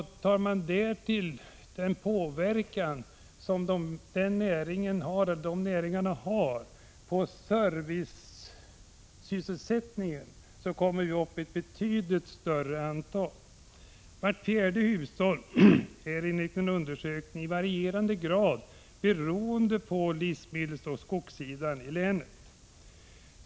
Lägger man därtill den påverkan som de näringarna har på servicesysselsättningen, kommer man upp i betydligt större antal. Vart fjärde hushåll är enligt en undersökning i varierande grad beroende av livsmedelsoch skogssidan i länet.